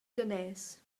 daners